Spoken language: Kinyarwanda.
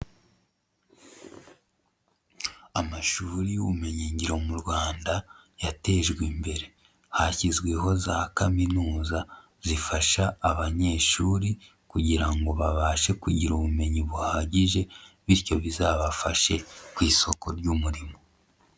Amashuri y'ubumenyinngiro mu Rwanda yatejwe imbere, hashyizweho za kaminuza zifasha abanyeshuri kugira ngo babashe kugira ubumenyi buhagije bityo bizabafashe ku isoko ry'umurimo.